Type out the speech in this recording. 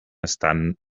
estant